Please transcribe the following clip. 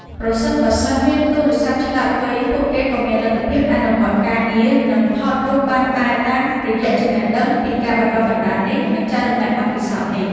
ប្រសិនបើសិស្សមានទូរសព្ទឆ្លាតវៃ ពួកគេក៏មានលទ្ធភាពអនុវត្តការងារ និងថតរូបបានដែរតាមរយៈចំណេះដឹងពីការបណ្តុះបណ្តាលនេះ និងចែករំលែកបទពិសោធន៍នេះ។